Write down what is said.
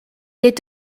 est